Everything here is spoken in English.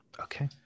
Okay